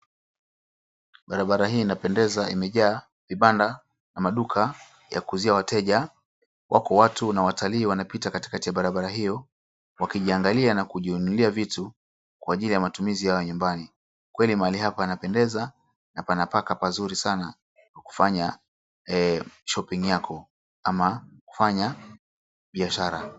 Barabara hii inapendeza imejaa vibanda ama duka ya kuuzia wateja. Wako watu na watalii wanapita katikati ya barabara hio wakijiangalia na kujinunulia vitu kwa ajili ya matumizi yao ya nyumbani. Kweli mahali hapa panapendeza na panakaa pahali pazuri sana kufanya shopping yako ama kufanya biashara.